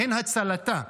הן הצלתה.